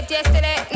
Yesterday